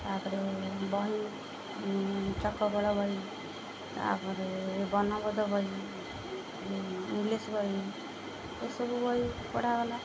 ତା'ପରେ ବହି ଚକ କଳ ବହି ତା'ପରେ ବର୍ଣ୍ଣବୋଧ ବହି ଇଂଲିଶ୍ ବହି ଏସବୁ ବହି ପଢ଼ାଗଲା